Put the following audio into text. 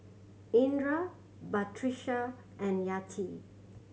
Indra Batrisya and Yati